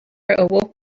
awoke